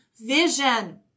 vision